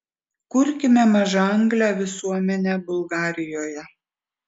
kurkime mažaanglę visuomenę bulgarijoje